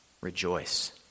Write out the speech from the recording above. rejoice